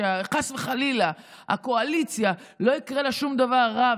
שחס וחלילה לא יקרה לקואליציה שום דבר רע,